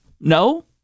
No